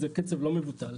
זה קצב לא מבוטל.